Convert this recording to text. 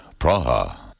Praha